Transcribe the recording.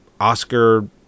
Oscar